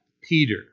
peter